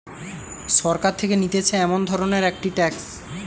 সরকার থেকে নিতেছে এমন ধরণের একটি ট্যাক্স